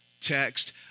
text